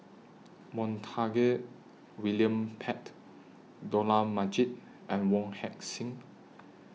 Montague William Pett Dollah Majid and Wong Heck Sing